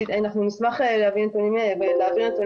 אנחנו נשמח להעביר נתונים מלאים,